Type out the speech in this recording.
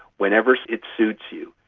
whenever it suits you,